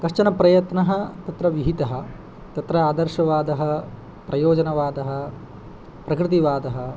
कश्चनप्रयत्नः तत्र विहितः तत्र आदर्शवादः प्रयोजनवादः प्रकृतिवादः